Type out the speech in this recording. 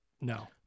No